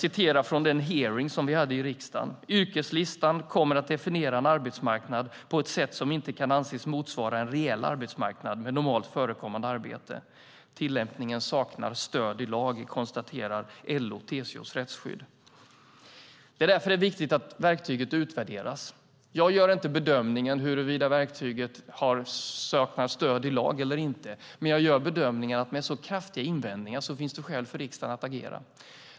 I den hearing som vi hade i riksdagen sades: Yrkeslistan kommer att definiera en arbetsmarknad på ett sätt som inte kan anses motsvara en reell arbetsmarknad med normalt förekommande arbete. Tillämpningen saknar stöd i lag. Detta konstaterar LO-TCO:s Rättsskydd. Det är därför det är viktigt att verktyget utvärderas. Jag gör inte bedömningen huruvida verktyget saknar stöd i lagen eller inte, men jag gör bedömningen att med så kraftiga invändningar finns det skäl för riksdagen att agera.